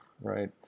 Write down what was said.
Right